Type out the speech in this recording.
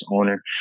owner